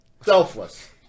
Selfless